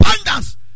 abundance